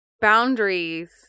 boundaries